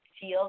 feel